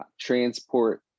transport